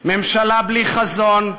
ממשלה בלי חזון,